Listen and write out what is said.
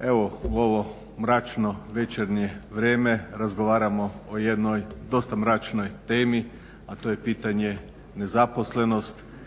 Evo u ovo mračno večernje vrijeme razgovaramo o jednoj dosta mračnoj temi, a to je pitanje nezaposlenosti